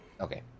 Okay